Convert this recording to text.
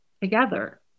together